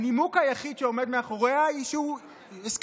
הנימוק היחיד שעומד מאחוריה הוא שהסכמתם